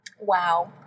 Wow